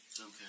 Okay